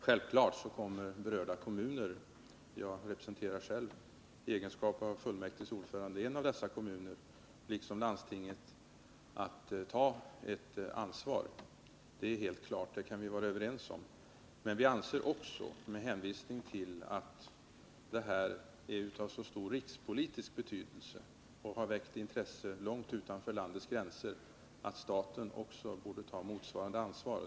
Självfallet kommer de berörda kommunerna -— själv är jag fullmäktiges ordförande i en av dessa kommuner — liksom landstinget att ta ett ansvar. Det kan vi vara överens om. Men med tanke på att frågan är av så stor rikspolitisk betydelse och väckt intresse långt utanför landets gränser anser vi att även staten borde ta ett motsvarande ansvar.